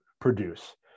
produce